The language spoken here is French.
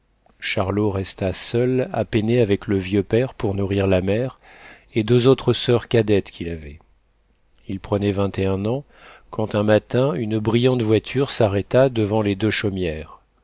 charlot resta seul à peiner avec le vieux père pour nourrir la mère et deux autres soeurs cadettes qu'il avait il prenait vingt et un ans quand un matin une brillante voiture s'arrêta devant les deux chaumières